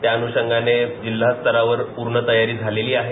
त्या अन्षंगाने जिल्हा स्तरावर पूर्ण तयारी झालेली आहे